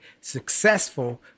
successful